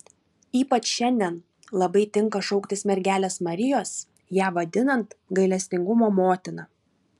ypač šiandien labai tinka šauktis mergelės marijos ją vadinant gailestingumo motina